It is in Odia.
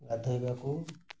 ଗାଧୋଇବାକୁ